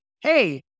hey